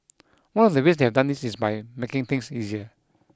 one of the ways they have done this is by making things easier